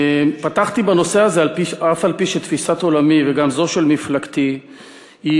פתחתי בנושא הזה אף-על-פי שתפיסת עולמי וגם זו של מפלגתי היא